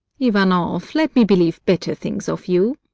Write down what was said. ivanoff, let me believe better things of you.